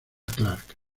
clark